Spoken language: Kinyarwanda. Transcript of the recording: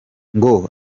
ngo